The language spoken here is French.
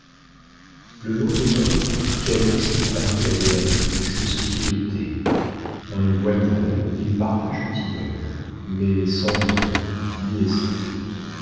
le lendemain calyste parut à béatrix ce qu'il était un loyal et parfait gentilhomme mais sans verve ni esprit